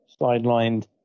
sidelined